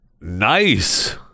Nice